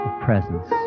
presence